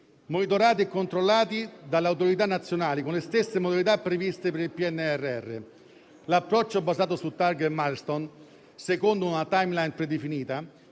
monitorati e controllati dalle autorità nazionali con le stesse modalità previste per il PNRR. L'approccio basato su *target* e *milestone* secondo una *timeline* predefinita,